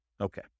Okay